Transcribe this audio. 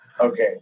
Okay